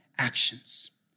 actions